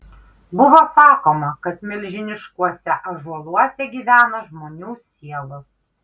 buvo sakoma kad milžiniškuose ąžuoluose gyvena žmonių sielos